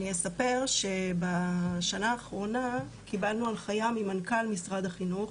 אני אספר שבשנה האחרונה קיבלנו הנחיה ממנכ"ל משרד החינוך,